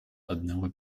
одного